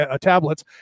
tablets